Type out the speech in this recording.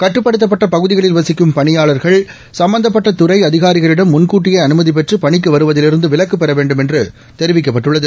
கட்டுப்படுத்தப்பட்ட பகுதிகளில் வசிக்கும் பணியாளர்கள் சும்மந்தப்பட்ட துறை அதிகாரிகளிடம் முன்கூட்டியே அனுமதி பெற்று பணிக்கு வருவதிலிருந்து விலக்குப் பெற வேண்டும் என்று தெரிவிக்கப்பட்டுள்ளது